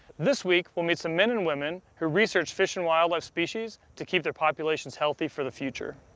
this week, we'll meet some men and women who research fish and wildlife species to keep their populations healthy for the future.